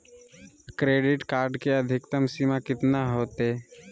Credit card के अधिकतम सीमा कितना होते?